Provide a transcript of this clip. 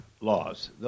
laws